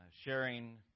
sharing